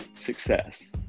success